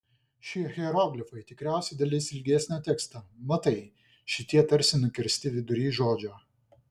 šie hieroglifai tikriausiai dalis ilgesnio teksto matai šitie tarsi nukirsti vidury žodžio